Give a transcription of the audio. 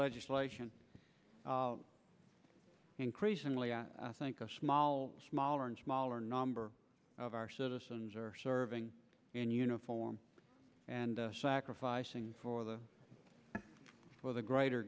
legislation increasingly i think a small smaller and smaller number of our citizens are serving in uniform and sacrificing for the for the greater